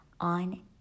on